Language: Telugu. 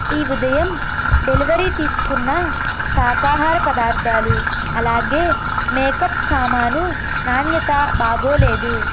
ఈ ఉదయం డెలివరీ తీసుకున్న శాకాహార పదార్థాలు అలాగే మేకప్ సామాను నాణ్యత బాగోలేదు